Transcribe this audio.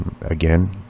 again